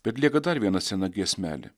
bet lieka dar viena sena giesmelė